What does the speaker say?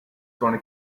gonna